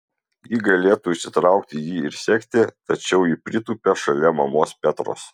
ji galėtų išsitraukti jį ir sekti tačiau ji pritūpia šalia mamos petros